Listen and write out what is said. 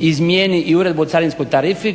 izmijeni i Uredbu o carinskoj tarifi